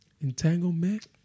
Entanglement